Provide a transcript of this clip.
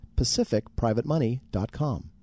PacificPrivateMoney.com